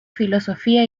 filosofía